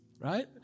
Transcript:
Right